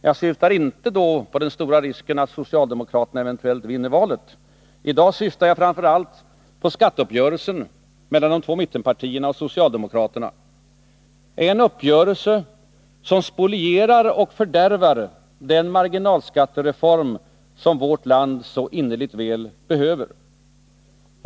Jag syftar då inte på den stora risken att socialdemokraterna vinner valet. I dag syftar jag framför allt på skatteuppgörelsen mellan de två mittenpartierna och socialdemokraterna, en uppgörelse som spolierar och fördärvar den marginalskattereform som vårt land så innerligt väl behöver.